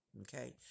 Okay